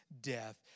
death